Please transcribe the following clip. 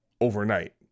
overnight